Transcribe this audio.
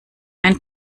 ein